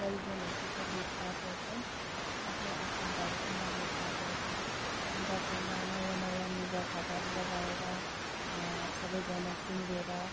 परिजनहरूसित भेटघाट गर्छौँ आफ्नो आफन्तहरूसँग भेटघाट गर्छौँ दसैँमा नयाँ नयाँ लुगाफाटाहरू लगाएर सबै सिङ्गरेर